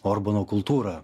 orbano kultūrą